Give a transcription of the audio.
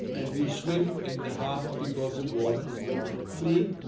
and we swim in the harbor because the water is now clean.